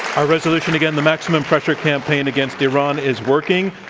our resolution again, the maximum pressure campaign against iran is working.